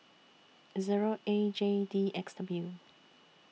Zero A J D X W